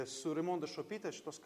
su raimonda šopyte šitos ka